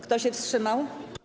Kto się wstrzymał?